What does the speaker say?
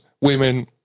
women